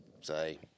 say